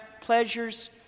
pleasures